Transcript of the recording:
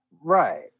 Right